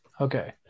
Okay